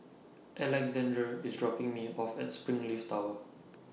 Alexandr IS dropping Me off At Springleaf Tower